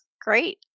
Great